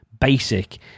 basic